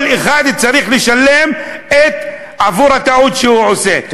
כל אחד צריך לשלם עבור הטעות שהוא עושה,